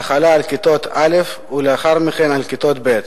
ההחלה על כיתות א' ולאחר מכן על כיתות ב'.